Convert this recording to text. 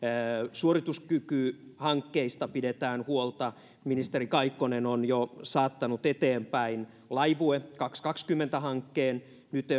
suorituskykyhankkeista pidetään huolta ministeri kaikkonen on jo saattanut eteenpäin laivue kaksituhattakaksikymmentä hankkeen nyt